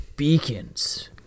Beacons